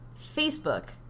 Facebook